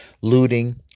looting